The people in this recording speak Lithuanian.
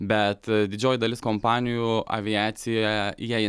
bet didžioji dalis kompanijų aviacijoje jie